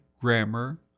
grammar